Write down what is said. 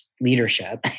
leadership